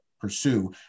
pursue